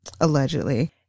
allegedly